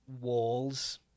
walls